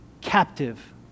captive